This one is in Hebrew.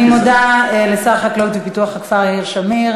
אני מודה לשר החקלאות ופיתוח הכפר יאיר שמיר.